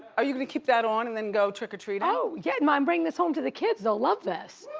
are you gonna keep that on and then go trick or treating? oh, yeah um i'm bringing this home to the kids. they'll love this.